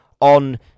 on